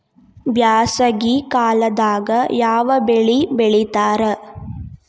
ಬ್ಯಾಸಗಿ ಕಾಲದಾಗ ಯಾವ ಬೆಳಿ ಬೆಳಿತಾರ?